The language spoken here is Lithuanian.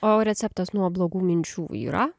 o receptas nuo blogų minčių yra